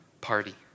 party